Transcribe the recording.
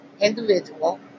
individual